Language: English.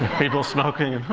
people smoking